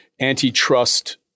antitrust